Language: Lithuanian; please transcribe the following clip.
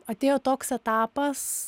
atėjo toks etapas